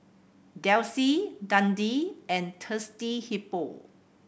Delsey Dundee and Thirsty Hippo